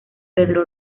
pedro